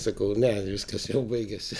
sakau ne viskas jau baigėsi